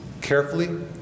carefully